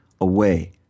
away